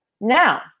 Now